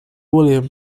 william